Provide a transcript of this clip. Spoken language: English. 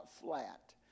flat